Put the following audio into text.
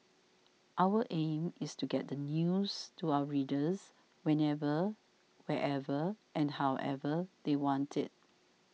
our aim is to get the news to our readers whenever wherever and however they want it